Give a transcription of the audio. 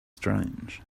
strange